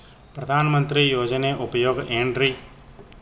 ಪ್ರಧಾನಮಂತ್ರಿ ಯೋಜನೆ ಉಪಯೋಗ ಏನ್ರೀ?